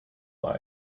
life